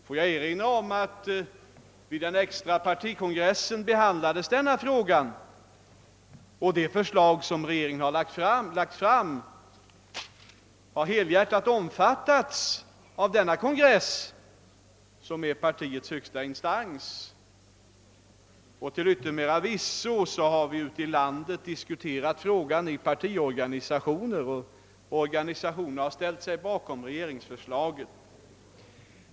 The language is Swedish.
Låt mig erinra om att denna fråga behandlades vid årets extra partikongress, varvid regeringens förslag fick helhjärtat stöd av denna kongress som är partiets högsta instans. Till yttermera visso har vi ute i landet diskuterat frågan inom partiorganisationerna, som ställt sig bakom regeringsförslaget.